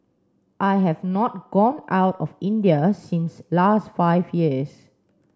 I have not gone out of India since last five years